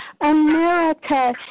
America